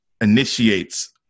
initiates